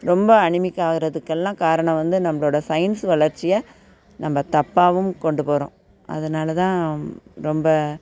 ரொம்ப அனிமிக்காக ஆகிறதுக்கெல்லாம் காரணம் வந்து நம்மளோட சயின்ஸ் வளர்ச்சியை நம்ம தாப்பாகவும் கொண்டு போகிறோம் அதனால் தான் ரொம்ப